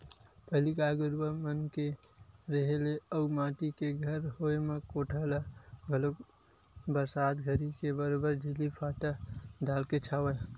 पहिली गाय गरुवा मन के रेहे ले अउ माटी के घर होय म कोठा ल घलोक बरसात घरी के बरोबर छिल्ली फाटा डालके छावय